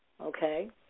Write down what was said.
okay